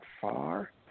far